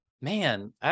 Man